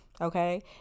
Okay